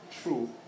true